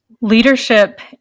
Leadership